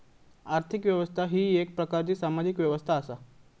आर्थिक व्यवस्था ही येक प्रकारची सामाजिक व्यवस्था असा